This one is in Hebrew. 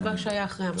על מה שהיה אחרי המעצר.